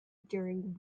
during